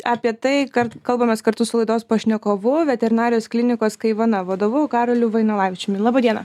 apie tai kar kalbamės kartu su laidos pašnekovu veterinarijos klinikos kaivana vadovu karoliu vainalavičiumi laba diena